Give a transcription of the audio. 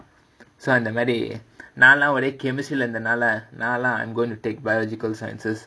so அந்தcமாதிரி:andha maadhiri I'm going to take biological sciences